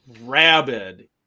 rabid